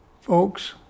Folks